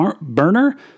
burner